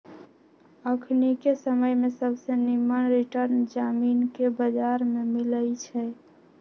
अखनिके समय में सबसे निम्मन रिटर्न जामिनके बजार में मिलइ छै